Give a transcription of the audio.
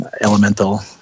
elemental